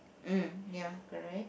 mm ya correct